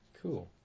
Cool